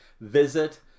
visit